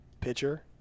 pitcher